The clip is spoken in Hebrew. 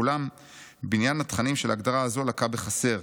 אולם בניין התכנים של ההגדרה הזו לקה בחסר,